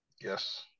Yes